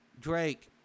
Drake